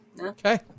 Okay